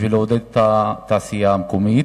בשביל לעודד את התעשייה המקומית.